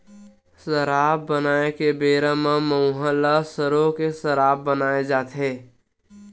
सराब बनाए के बेरा म मउहा ल सरो के सराब बनाए जाथे